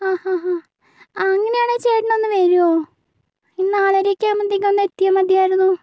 ആ ആ ആ അങ്ങനെയാണെ ചേട്ടനൊന്ന് വരുമോ ഈ നാലരയൊക്കെ ആകുമ്പോഴാത്തേക്കും എത്തിയാൽ മതിയായിരുന്നു